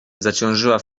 zaciążyła